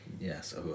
yes